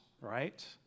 right